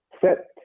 set